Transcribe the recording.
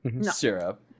syrup